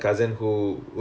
oh that's good